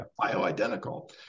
bioidentical